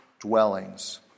dwellings